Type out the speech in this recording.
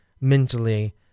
mentally